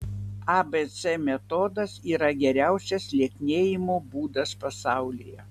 abc metodas yra geriausias lieknėjimo būdas pasaulyje